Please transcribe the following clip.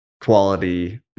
quality